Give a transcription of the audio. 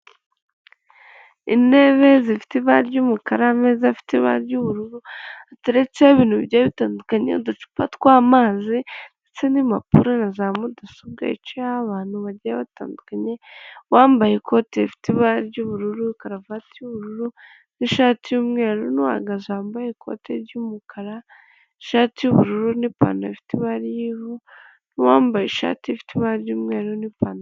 Intebe zifite ibara ry'umukara, ameza afite ibara ry'ubururu ateretseho ibintu bigiye bitandukanya, uducupa tw'amazi ndetse n'impapuro na za mudasobwa, yicayeho abantu bagiye batandukanye bambaye ikote rifite ibara ry'ubururu, karuvati y'ubururu n'ishati y'umweru n'uhagaze wambaye ikote ry'umukara, ishati y'ubururu n'ipantaro ifite ibara ry'ivu n'uwambaye ishati ifite ibara ry'umweru n'ipantaro.